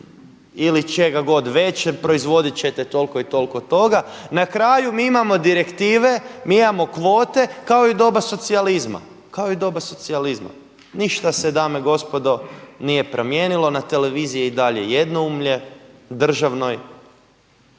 ili čega god već, proizvodit ćete toliko i toliko toga, na kraju mi imamo direktive, mi imamo kvote kao i u doba socijalizma, kao i u doba socijalizma. Ništa se dame i gospodo nije promijenilo, na televiziji je i dalje jednoumlje državnoj